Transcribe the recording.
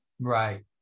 Right